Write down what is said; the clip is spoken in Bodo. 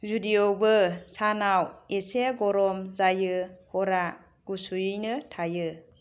जुदि बेयावबो सानाव एसे गरम जायो हरा गुसुयैनो थायो